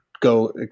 go